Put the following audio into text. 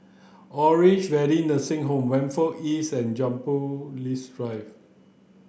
Orange Valley Nursing Home Whampoa East and Jumbo lis Drive